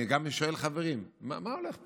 אני גם שואל חברים מה הולך פה.